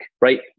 right